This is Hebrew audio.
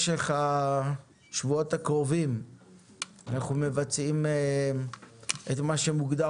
בשבועות הקרובים אנחנו מבצעים את מה שמוגדר